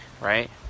right